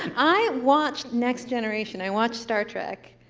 i watched next generation. i watched star trek.